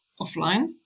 offline